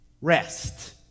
Rest